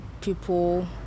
people